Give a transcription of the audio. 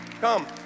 come